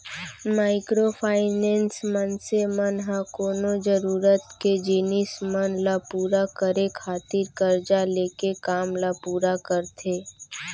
micro finance, मनसे मन ह कोनो जरुरत के जिनिस मन ल पुरा करे खातिर करजा लेके काम ल पुरा करथे